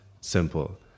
simple